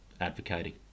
advocating